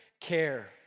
care